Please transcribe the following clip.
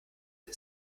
sie